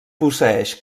posseeix